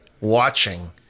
watching